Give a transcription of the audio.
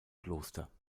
kloster